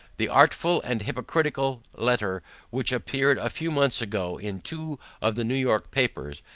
the artful and hypocritical letter which appeared a few months ago in two of the new york papers,